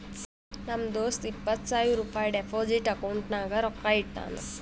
ನಮ್ ದೋಸ್ತ ಇಪ್ಪತ್ ಸಾವಿರ ರುಪಾಯಿ ಡೆಪೋಸಿಟ್ ಅಕೌಂಟ್ನಾಗ್ ರೊಕ್ಕಾ ಇಟ್ಟಾನ್